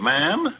Ma'am